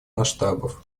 масштабов